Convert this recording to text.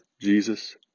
Jesus